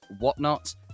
whatnot